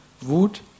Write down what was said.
Wut